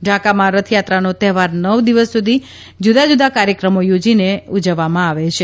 ઢાકામાં રથયાત્રાનો તહેવાર નવ દિવસ સુધી જુદા જુદા કાર્યક્રમો યોજીને મનાવાયા છે